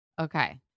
okay